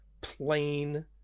plain